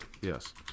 Yes